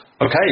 Okay